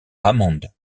hammond